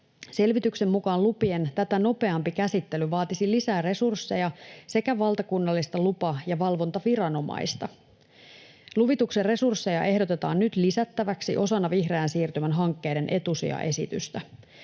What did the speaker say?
Selvityksen mukaan lupien tätä nopeampi käsittely vaatisi lisää resursseja sekä valtakunnallista lupa‑ ja valvontaviranomaista. Luvituksen resursseja ehdotetaan nyt lisättäväksi osana vihreän siirtymän hankkeiden etusijaesitystä.